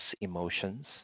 emotions